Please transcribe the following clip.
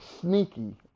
sneaky